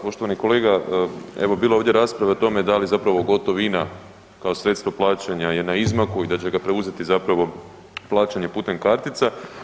Poštovani kolege evo bilo je ovdje rasprave o tome da li zapravo gotovina kao sredstvo plaćanja je na izmaku i da će ga preuzeti zapravo plaćanje putem kartica.